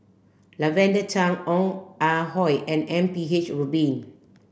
Lavender Chang Ong Ah Hoi and M P H Rubin